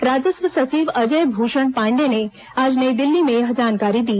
राजस्व सचिव अजय भूषण पांडे ने आज नई दिल्ली में यह जानकारी दी